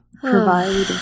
provide